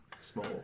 small